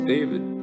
David